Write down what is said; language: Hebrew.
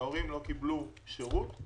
כשההורים לא קבלו שירות,